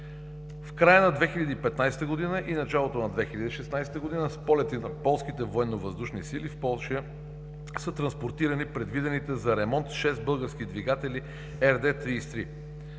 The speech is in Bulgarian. В края на 2015 г. и в началото на 2016 г. с полети на полските Военновъздушни сили в Полша са транспортирани предвидените за ремонт шест български двигатели РД-33.